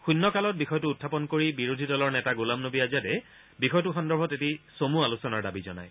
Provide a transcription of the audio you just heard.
শৃন্য কালত বিষয়টো উখাপন কৰি বিৰোধী দলৰ নেতা গোলাম নৱী আজাদে বিষয়টো সন্দৰ্ভত এটি চমু আলোচনাৰ দাবী জনায়